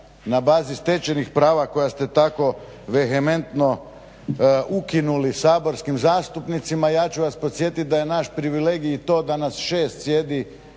na bazi stečenih prava koja ste tako vehementno ukinuli saborskim zastupnicima ja ću vas podsjetiti da je naš privilegij i to da nas 6 sjedi